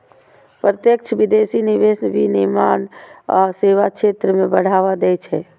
प्रत्यक्ष विदेशी निवेश विनिर्माण आ सेवा क्षेत्र कें बढ़ावा दै छै